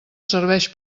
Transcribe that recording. serveix